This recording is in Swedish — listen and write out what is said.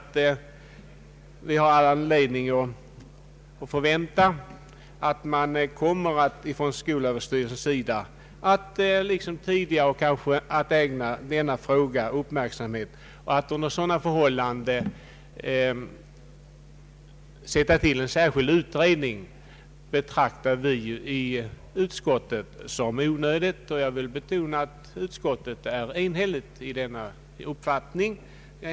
Vi har all anledning att förvänta att skolöverstyrelsen liksom tidigare kommer att ägna denna fråga uppmärksamhet. Att under sådana förhållanden tillsätta en särskild utredning betraktar utskottet som onödigt. Jag vill betona att utskottet är enhälligt i denna uppfattning.